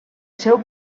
seu